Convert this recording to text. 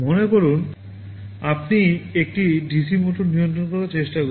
মনে করুন আপনি একটি DC মোটর নিয়ন্ত্রণ করার চেষ্টা করছেন